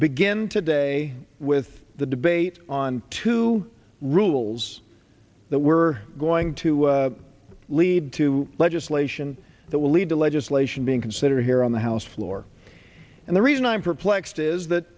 begin today with the debate on two rules that were going to lead to legislation that will lead to legislation being considered here on the house floor and the reason i'm perplexed is that